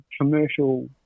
commercial